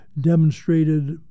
demonstrated